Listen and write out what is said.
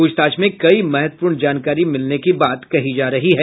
पूछताछ में कई महत्वपूर्ण जानकारी मिलने की बात कही जा रही है